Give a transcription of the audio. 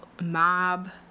mob